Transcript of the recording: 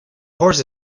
horse